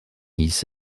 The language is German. hieß